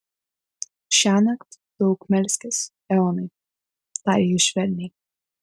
šiąnakt daug melskis eonai tarė jis švelniai